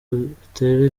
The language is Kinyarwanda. utere